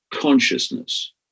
consciousness